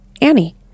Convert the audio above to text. Annie